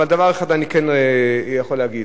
אבל דבר אחד אני כן יכול להגיד,